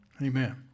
Amen